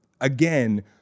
again